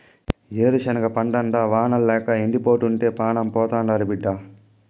ఏరుశనగ పంటంతా వానల్లేక ఎండిపోతుంటే పానం పోతాండాది బిడ్డా